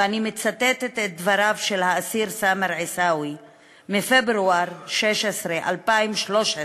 ואני מצטט את דבריו של סאמר עיסאווי ב-16 בפברואר 2013,